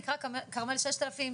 נקרא: כרמל 6000,